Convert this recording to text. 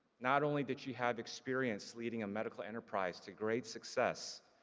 not only did she have experience leading a medical enterprise to great success,